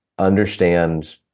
understand